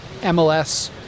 mls